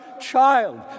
child